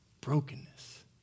brokenness